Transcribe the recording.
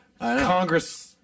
Congress